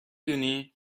دونی